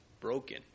broken